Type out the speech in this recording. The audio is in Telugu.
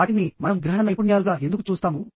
వాటిని మనం గ్రహణ నైపుణ్యాలుగా ఎందుకు చూస్తాము